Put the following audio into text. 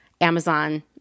Amazon